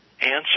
answer